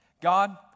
God